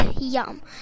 Yum